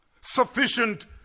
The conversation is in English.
Sufficient